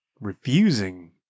refusing